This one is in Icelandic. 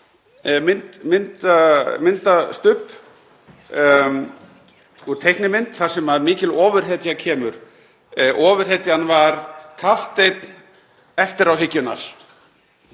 myndastubb úr teiknimynd þar sem mikil ofurhetja kemur, ofurhetjan var Kapteinn eftiráhyggjunnar.